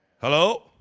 Hello